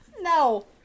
No